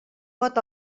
pot